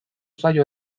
saio